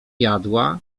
jadła